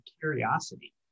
curiosity